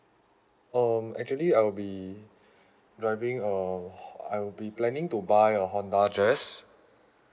um actually I'll be driving a ho~ I will be planning to buy a honda jazz